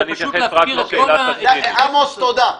זה פשוט להפקיר את כל --- עמוס, תודה.